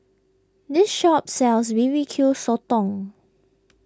this shop sells B B Q Sotong